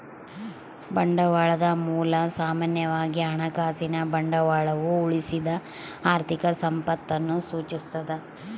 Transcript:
ಬಂಡವಾಳದ ಮೂಲ ಸಾಮಾನ್ಯವಾಗಿ ಹಣಕಾಸಿನ ಬಂಡವಾಳವು ಉಳಿಸಿದ ಆರ್ಥಿಕ ಸಂಪತ್ತನ್ನು ಸೂಚಿಸ್ತದ